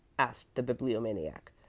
asked the bibliomaniac.